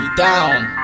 down